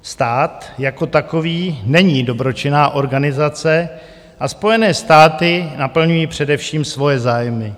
Stát jako takový není dobročinná organizace a Spojené státy naplňují především svoje zájmy.